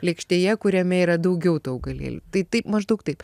lėkštėje kuriame yra daugiau tų augalėlių tai taip maždaug taip